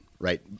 right